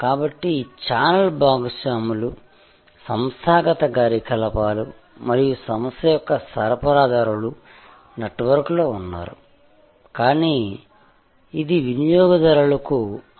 కాబట్టి ఛానెల్ భాగస్వాములు సంస్థాగత కార్యకలాపాలు మరియు సంస్థ యొక్క సరఫరాదారులు నెట్వర్క్లో ఉన్నారు కానీ ఇది వినియోగదారులకు అపారదర్శకంగా ఉంది